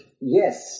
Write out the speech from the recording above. yes